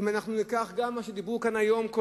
אם ניקח גם מה שדיברו כאן היום,